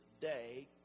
day